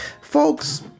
folks